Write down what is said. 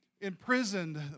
imprisoned